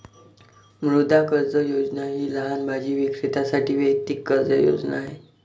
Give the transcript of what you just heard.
मुद्रा कर्ज योजना ही लहान भाजी विक्रेत्यांसाठी वैयक्तिक कर्ज योजना आहे